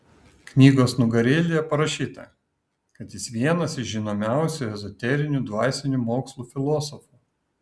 knygos nugarėlėje parašyta kad jis vienas iš žinomiausių ezoterinių dvasinių mokslų filosofų